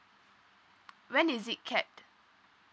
when is it cap